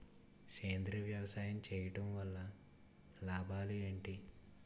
సేంద్రీయ వ్యవసాయం చేయటం వల్ల లాభాలు ఏంటి?